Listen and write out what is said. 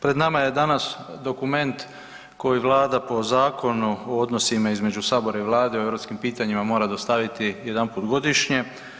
Pred nama je danas dokument koji Vlada po zakonu o odnosima između Sabora i Vlade o europskim pitanjima mora dostaviti jedanput godišnje.